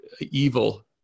evil